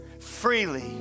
Freely